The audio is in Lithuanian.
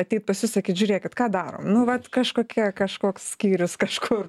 ateit pas jus sakyt žiūrėkit ką darom nu vat kažkokia kažkoks skyrius kažkur